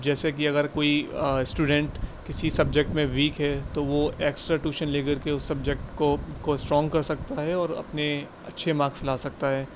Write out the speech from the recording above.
اب جیسے کہ اگر کوئی اسٹوڈنٹ کسی سبجیکٹ میں ویک ہے تو وہ ایکسٹرا ٹوشن لے کر کے اس سبجیکٹ کو کو اسٹرانگ کر سکتا ہے اور اپنے اچھے مارکس لا سکتا ہے